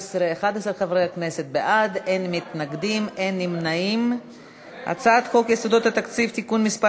ההצעה להעביר את הצעת חוק יסודות התקציב (תיקון מס'